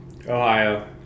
Ohio